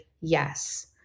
yes